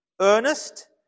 earnest